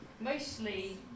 Mostly